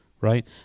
right